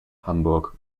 hamburg